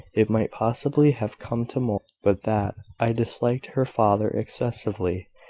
it might possibly have come to more, but that i disliked her father excessively,